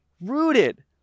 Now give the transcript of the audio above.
rooted